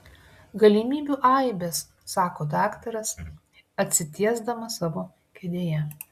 galimybių aibės sako daktaras atsitiesdamas savo kėdėje